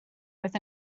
with